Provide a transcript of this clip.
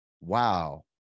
wow